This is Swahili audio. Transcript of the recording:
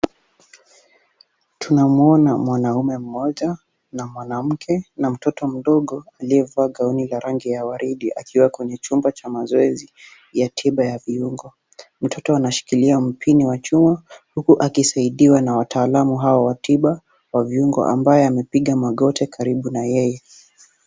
Tunamuona mwanamume mmoja na mwanamke na mtoto mdogo aliyevaa gauni la rangi ya waridi akiwa kwenye chumba cha mazoezi ya tiba ya viungo. Mtoto anashikilia mpini wa chuma huku akisaidiwa na wataalamu hao wa tiba wa viungo ambaye amepiga magoti karibu na yeye.